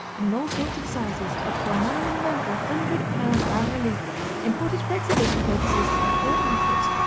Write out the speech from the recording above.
and in all sorts of sizes, up to a monumental hundred-pound bas-relief imported for exhibition purposes by phil alpert.